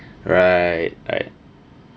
right right